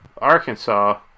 Arkansas